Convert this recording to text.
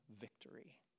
victory